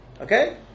Okay